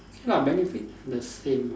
K lah benefit the same lah